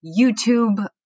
YouTube